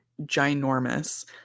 ginormous